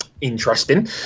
interesting